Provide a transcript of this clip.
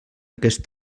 aquest